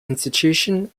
institution